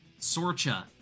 Sorcha